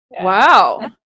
Wow